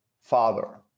father